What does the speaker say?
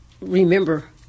remember